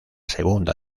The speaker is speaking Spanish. segunda